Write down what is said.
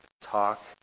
talk